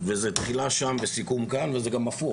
וזה תחילה שם וסיכום כאן, וזה גם הפוך.